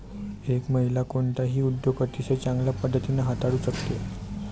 एक महिला कोणताही उद्योग अतिशय चांगल्या पद्धतीने हाताळू शकते